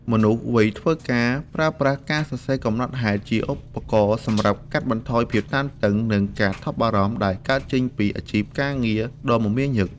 មនុស្សវ័យធ្វើការ ប្រើប្រាស់ការសរសេរកំណត់ហេតុជាឧបករណ៍សម្រាប់កាត់បន្ថយភាពតានតឹង និងការថប់បារម្ភដែលកើតចេញពីអាជីពការងារដ៏មមាញឹក។